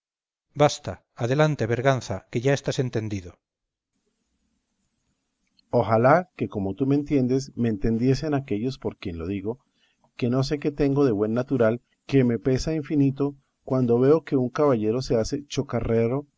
basta adelante berganza que ya estás entendido berganza ojalá que como tú me entiendes me entendiesen aquellos por quien lo digo que no sé qué tengo de buen natural que me pesa infinito cuando veo que un caballero se hace